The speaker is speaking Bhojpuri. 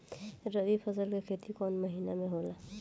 रवि फसल के खेती कवना महीना में होला?